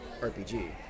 RPG